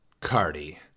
Cardi